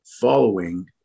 following